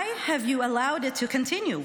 Why have you allowed it to continue?